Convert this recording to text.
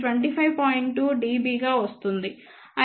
2 dB గా వస్తుంది